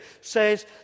says